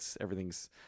everything's